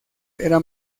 era